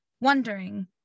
wondering